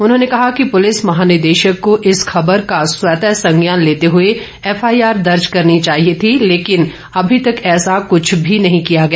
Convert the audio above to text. उन्होंने कहा कि पुलिस महानिदेशक को इस खबर का स्वतः संज्ञान लेते हुए एफआईआर दर्ज करनी चाहिए थी लेकिन अभी तक ऐसा कुछ भी नहीं किया गया